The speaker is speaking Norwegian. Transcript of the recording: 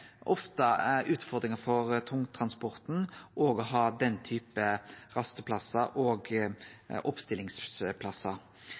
utfordringar for tungtransporten å ha den typen rasteplassar og